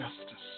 justice